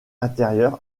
intérieure